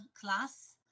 class